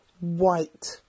white